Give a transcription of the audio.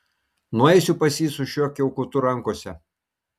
nueisiu pas jį su šiuo kiaukutu rankose